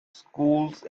schools